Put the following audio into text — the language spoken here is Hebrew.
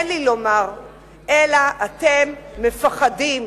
אין לי לומר אלא: אתם מפחדים.